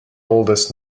oldest